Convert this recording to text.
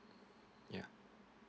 ya